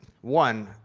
one